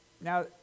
Now